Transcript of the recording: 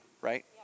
right